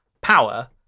power